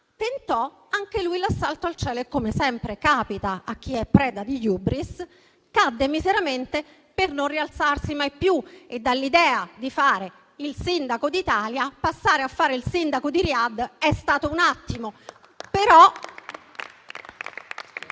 tentò anche lui l'assalto al cielo. Come sempre capita a chi è preda di *hybris*, cadde miseramente, per non rialzarsi mai più; e dall'idea di fare il "Sindaco d'Italia", passare a fare il sindaco di Riad è stato un attimo.